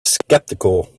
skeptical